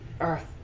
earth